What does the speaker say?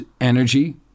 energy